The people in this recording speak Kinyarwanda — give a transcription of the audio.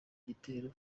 gitero